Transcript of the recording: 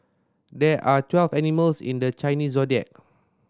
there are twelve animals in the Chinese Zodiac